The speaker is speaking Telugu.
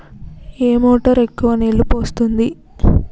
ఏ మోటార్ ఎక్కువ నీళ్లు పోస్తుంది?